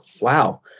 wow